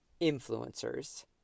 influencers